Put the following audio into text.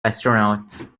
astronauts